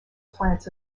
plants